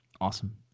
Awesome